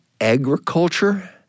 agriculture